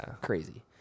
crazy